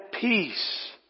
peace